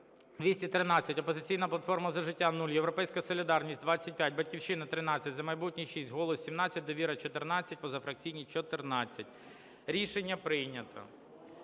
213, "Опозиційна платформа – За життя" – 0, "Європейська солідарність" – 25, "Батьківщина" – 13, "За майбутнє" – 6, "Голос" – 17, "Довіра" – 14, позафракційні – 14. Рішення прийнято.